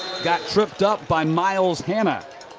got trip up by myles hannah.